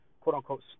quote-unquote